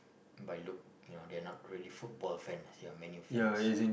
by look you know they are not really football fans they are Man-U fans